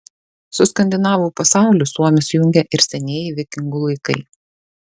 su skandinavų pasauliu suomius jungia ir senieji vikingų laikai